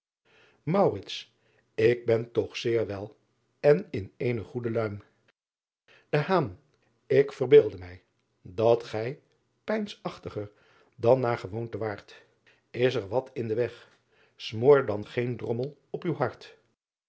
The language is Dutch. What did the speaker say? k ben toch zeer wel en in eene goede luim k verbeelde mij dat gij peinsachtiger dan naar gewoonte waart s er wat in den weg moor dan geen drommel op uw hart